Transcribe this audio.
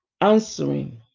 answering